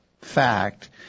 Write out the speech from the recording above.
fact